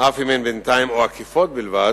אדוני היושב בראש,